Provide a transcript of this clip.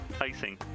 icing